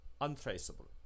untraceable